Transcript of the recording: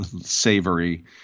savory